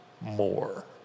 more